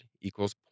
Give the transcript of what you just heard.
equals